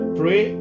pray